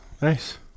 nice